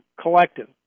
collective